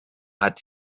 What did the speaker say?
hat